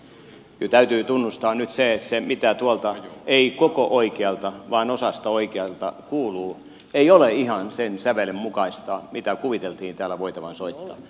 kyllä täytyy tunnustaa nyt se että se mitä tuolta ei koko oikealta vaan osasta oikealta kuuluu ei ole ihan sen sävelen mukaista mitä kuviteltiin täällä voitavan soittaa